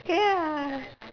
ya